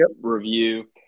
review